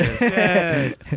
Yes